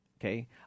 Okay